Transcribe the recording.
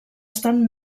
estan